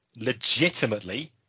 legitimately